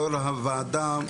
יו"ר הוועדה,